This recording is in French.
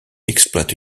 exploite